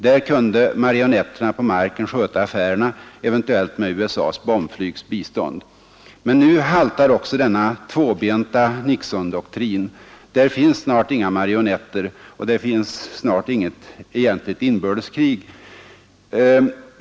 Där kunde marionetterna på marken sköta affärerna, eventuellt med USA:s bombflygs bistånd. Men nu haltar också denna tvåbenta Nixondoktrin. I Cambodja finns snart inga marionetter, och där finns snart inget egentligt inbördeskrig.